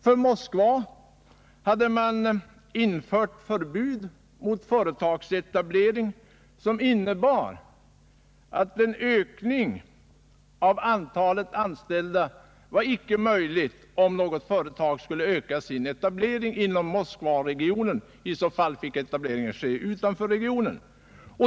För Moskva hade man infört förbud mot varje företagsetablering som innebar en ökning av antalet anställda inom regionen, och i sådana fall fick etableringen i stället ske utanför regionen.